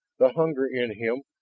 the hunger in him,